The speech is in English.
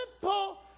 simple